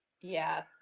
Yes